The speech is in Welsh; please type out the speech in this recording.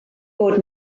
bod